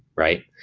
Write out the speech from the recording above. right?